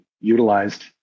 utilized